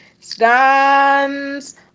stands